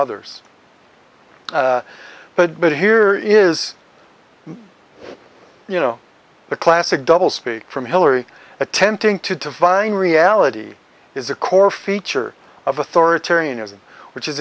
others but but here is you know the classic double speak from hillary attempting to divine reality is a core feature of authoritarianism which is